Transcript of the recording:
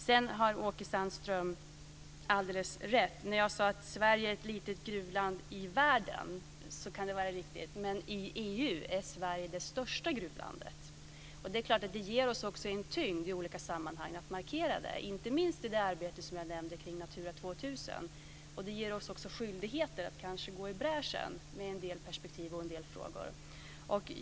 Sedan har Åke Sandström alldeles rätt. När jag sade att Sverige är ett litet gruvland i världen kan det vara riktigt, men i EU är Sverige det största gruvlandet. Det är klart att det också ger oss en tyngd i olika sammanhang att markera det, inte minst i det arbete som jag nämnde kring Natura 2000. Det ger oss också skyldigheter att kanske gå i bräschen med en del perspektiv och en del frågor.